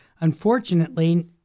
unfortunately